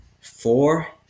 four